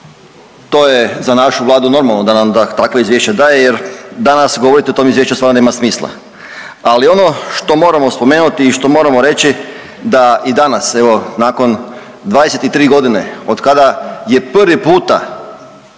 To je za našu Vladu normalno da nam da takva izvješća daje jer danas govoriti o tom Izvješću stvarno nema smisla, ali ono što moramo spomenuti i što moramo reći da i danas, evo, nakon 23 godine od kada je prvi puta